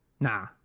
Nah